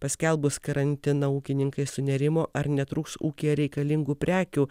paskelbus karantiną ūkininkai sunerimo ar netrūks ūkyje reikalingų prekių